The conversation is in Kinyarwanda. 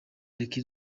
rick